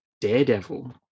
Daredevil